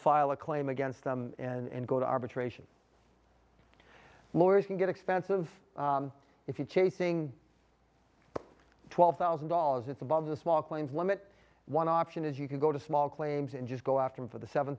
file a claim against them in go to arbitration lawyers can get expensive if you chasing twelve thousand dollars it's above the small claims limit one option is you can go to small claims and just go after him for the seven